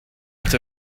out